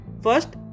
First